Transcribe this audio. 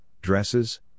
dresses